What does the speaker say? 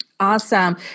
Awesome